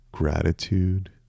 gratitude